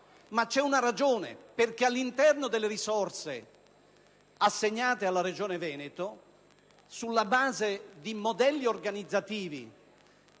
per una ragione: all'interno delle risorse assegnate alla Regione Veneto sulla base di modelli organizzativi,